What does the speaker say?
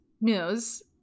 news